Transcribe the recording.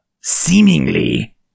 seemingly